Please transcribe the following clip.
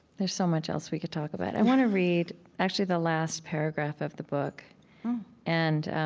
there's so much else we could talk about. i want to read, actually, the last paragraph of the book and